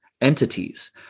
entities